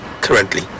currently